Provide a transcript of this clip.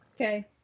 Okay